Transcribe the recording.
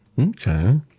Okay